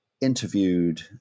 interviewed